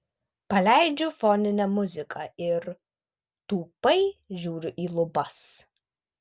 paleidžiu foninę muziką ir tūpai žiūriu į lubas